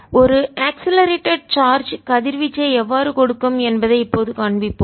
ஒரு accelerated charge கதிர்வீச்சை எவ்வாறு கொடுக்கும் என்பதை இப்போது காண்பிப்போம்